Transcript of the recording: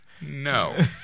No